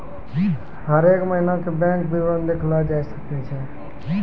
हरेक महिना के बैंक विबरण देखलो जाय सकै छै